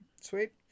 Sweet